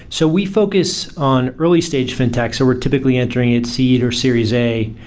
so we focus on early-stage fintech, so we're typically entering at seed or series a.